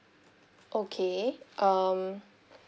okay um